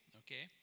okay